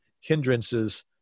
hindrances